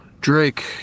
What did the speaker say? drake